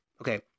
okay